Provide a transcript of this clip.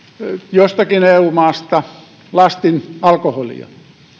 jostakin eu maasta lastin alkoholia